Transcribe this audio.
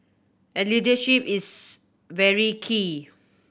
and leadership is very key